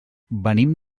venim